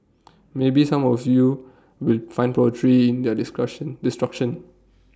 maybe some of you will find poetry in their discussion destruction